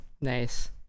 Nice